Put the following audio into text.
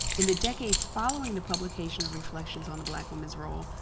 in the decades following the publication of reflections on the black women's role,